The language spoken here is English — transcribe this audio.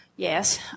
yes